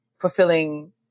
Fulfilling